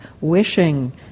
wishing